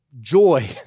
joy